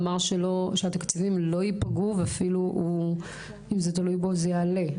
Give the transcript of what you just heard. אמר שהתקציבים לא ייפגעו ואפילו אם זה תלוי בו זה יעלה.